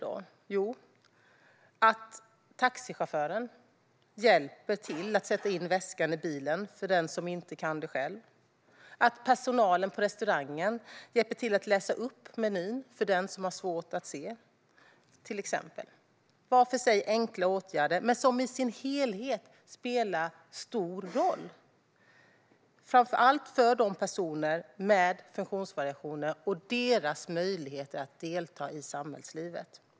Det betyder till exempel att taxichauffören hjälper till att sätta in väskan i bilen för den som inte kan det själv eller att personalen på restaurangen hjälper till att läsa upp menyn för den som har svårt att se. Dessa åtgärder är var för sig enkla, men de kan som helhet spela en viktig roll, framför allt för personer med funktionsvariationer och för deras möjligheter att delta i samhällslivet.